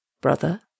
brother